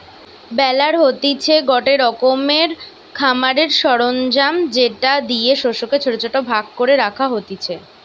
বেলার হতিছে গটে রকমের খামারের সরঞ্জাম যেটা দিয়ে শস্যকে ছোট ছোট ভাগ করে রাখা হতিছে